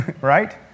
right